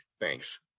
thanks